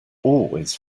always